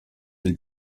del